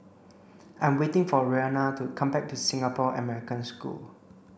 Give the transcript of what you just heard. I'm waiting for Roena to come back to Singapore American School